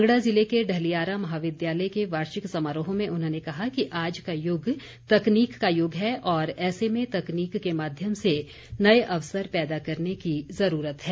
कांगड़ा जिले के ढलियारा महाविद्यालय के वार्षिक समारोह में उन्होंने कहा कि आज का युग तकनीक का युग है और ऐसे में तकनीक के माध्यम से नए अवसर पैदा करने की ज़रूरत है